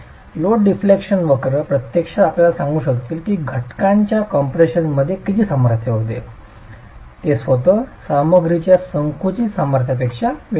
load deflection वक्र प्रत्यक्षात आपल्याला सांगू शकतील की घटकांच्या कॉम्प्रेशनमध्ये किती सामर्थ्य होते ते स्वतः सामग्रीच्या संकुचित सामर्थ्यापेक्षा वेगळे आहे